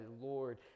Lord